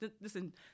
listen